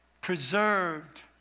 preserved